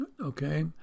okay